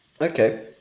Okay